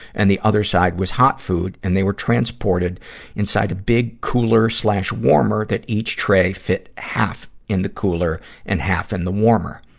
and the other side was hot food, and they were transported inside a big cooler warmer that each tray fit half in the cooler and half in the warmer.